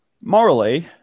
morally